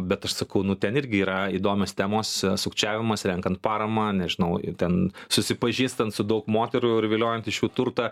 bet aš sakau nu ten irgi yra įdomios temos sukčiavimas renkant paramą nežinau ten susipažįstant su daug moterų ir viliojant iš jų turtą